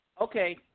Okay